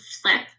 flip